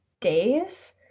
days